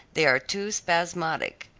they are too spasmodic.